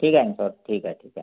ठीक आहे ना सर ठीक आहे ठीक आहे